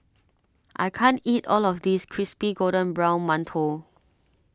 I can't eat all of this Crispy Golden Brown Mantou